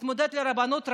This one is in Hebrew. התמודד לרבנות הראשית,